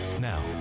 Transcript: Now